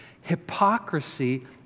Hypocrisy